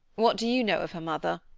what do you know of her mother?